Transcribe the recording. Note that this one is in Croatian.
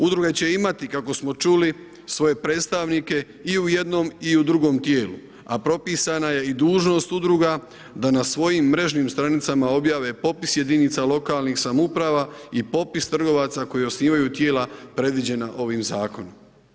Udruge će imati, kako smo čuli, svoje predstavnike i u jednom i u drugom tijelu, a propisana je i dužnost udruga da na svojim mrežnim stranicama objave popis jedinica lokalnih samouprava i popis trgovaca koji osnivaju tijela predviđena ovim Zakonom.